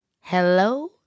Hello